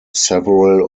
several